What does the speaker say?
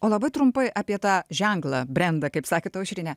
o labai trumpai apie tą ženklą brendą kaip sakėt aušrine